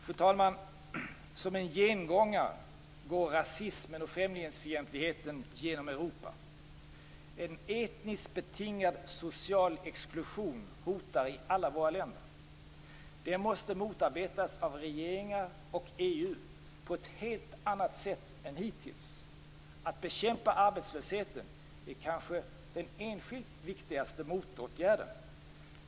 Fru talman! Som en gengångare går rasismen och främlingsfientligheten genom Europa. En etniskt betingad social exklusion hotar i alla våra länder. Det måste motarbetas av regeringar och EU på ett helt annat sätt än hittills. Att bekämpa arbetslösheten är kanske den enskilt viktigaste motåtgärden.